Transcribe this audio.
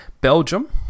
Belgium